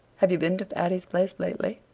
have you been to patty's place lately?